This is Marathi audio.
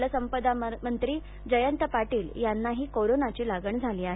जलसंपदा मंत्री जयंत पाटील यांनाही कोरोनाची लागण झाली आहे